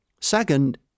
Second